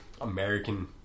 American